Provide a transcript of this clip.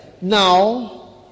now